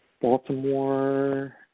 Baltimore